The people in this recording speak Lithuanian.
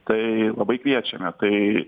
tai labai kviečiame tai